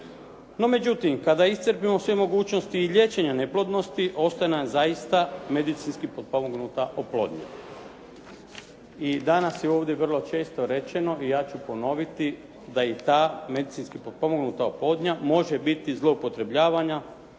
No međutim, kada iscrpimo i sve mogućnosti liječenja neplodnosti ostaje nam zaista medicinski potpomognuta oplodnja. I danas je ovdje vrlo često rečeno i ja ću ponoviti da i ta medicinski potpomognuta oplodnja može biti zloupotrebljavana